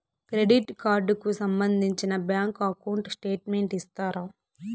Credit card కు సంబంధించిన bank account statement ఇస్తారా?